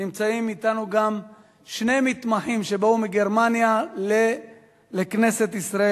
נמצאים אתנו גם שני מתמחים שבאו מגרמניה לכנסת ישראל,